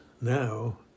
now